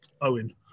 Owen